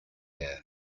air